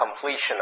completion